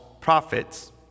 prophets